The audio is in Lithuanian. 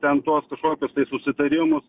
o ten tuos kažkokius tai susitarimus